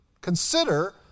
consider